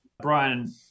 Brian